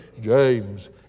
James